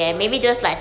not really